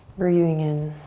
breathing in.